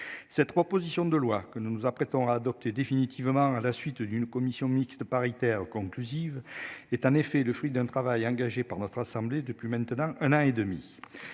Cette proposition de loi que nous nous apprêtons à adopter définitivement à la suite d'une commission mixte paritaire conclusive est en effet le fruit d'un travail engagé par notre assemblée depuis maintenant un an et demi.